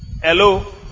hello